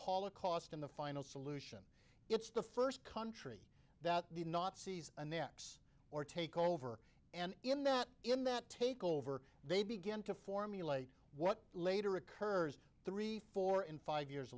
holocaust in the final solution it's the first country that the nazis and then or take over and in that in that takeover they begin to formulate what later occurs three four and five years